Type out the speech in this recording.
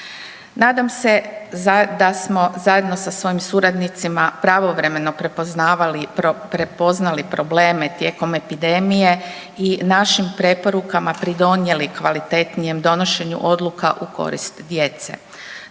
Nadam se da smo zajedno sa svojim suradnicima pravovremeno prepoznavali, prepoznali probleme tijekom epidemije i našim preporukama pridonijeli kvalitetnijem donošenju odluka u korist djece.